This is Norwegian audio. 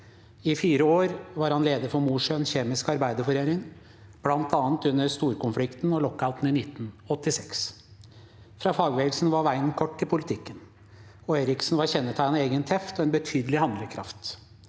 I fire år var han leder for Mosjøen Kjemiske Arbeiderforening, bl.a. under storkonflikten og lockouten i 1986. Fra fagbevegelsen var veien kort til politikken, og Eriksen var kjennetegnet av en egen teft og en betydelig handlekraft.